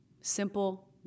simple